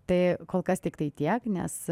tai kol kas tiktai tiek nes